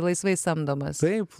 laisvai samdomas taip